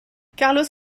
carlos